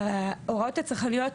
ההוראות הצרכניות,